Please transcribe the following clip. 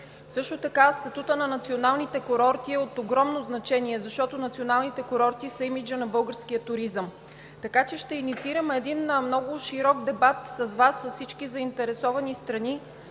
Също така статутът на националните курорти е от огромно значение, защото те са имиджа на българския туризъм. Така че ще инициираме един много широк дебат с Вас, с всички заинтересовани страни